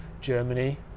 Germany